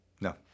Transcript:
No